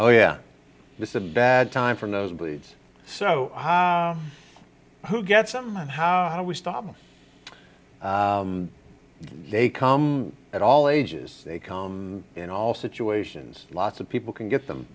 oh yeah this is a bad time for nose bleeds so who gets them and how do we stop them they come at all ages they come in all situations lots of people can get